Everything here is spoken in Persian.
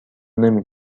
نمی